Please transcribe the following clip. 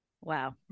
wow